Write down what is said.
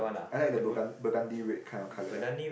I like the burgundy red kind of colour